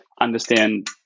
understand